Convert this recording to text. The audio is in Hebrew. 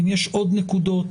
אם יש עוד נקודות,